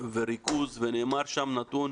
וריכוז ונאמר שם נתון